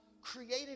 created